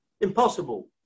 Impossible